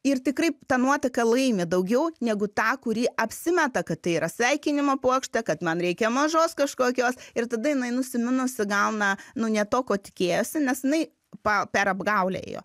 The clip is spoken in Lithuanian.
ir tikrai ta nuotaka laimi daugiau negu ta kuri apsimeta kad tai yra sveikinimo puokštė kad man reikia mažos kažkokios ir tada jinai nusiminusi gauna nu ne to ko tikėjosi nes jinai pa per apgaulę ėjo